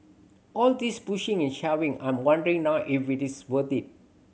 all this pushing and shoving I'm wondering now if it is worth it